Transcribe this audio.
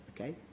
Okay